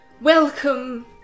Welcome